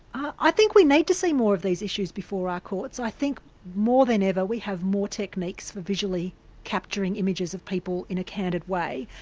i think we need to see more of these issues before our courts. i think more than ever, we have more techniques for visually capturing images of people in a candid way.